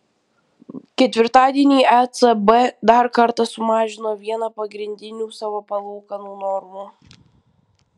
ketvirtadienį ecb dar kartą sumažino vieną pagrindinių savo palūkanų normų